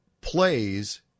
plays